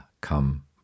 come